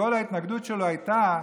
וכל ההתנגדות שלו הייתה,